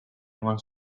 eman